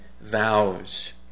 vows